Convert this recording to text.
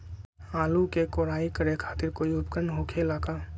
आलू के कोराई करे खातिर कोई उपकरण हो खेला का?